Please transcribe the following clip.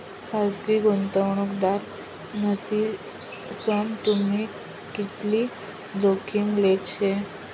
खासगी गुंतवणूकदार मन्हीसन तुम्ही कितली जोखीम लेल शे